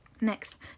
Next